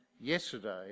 yesterday